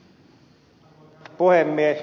arvoisa puhemies